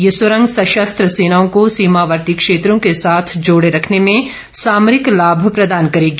ये सुरंग सशस्त्र सेनाओं को सीमावर्ती क्षेत्रों के साथ जोडे रखने में सामरिक लाभ प्रदान करेगी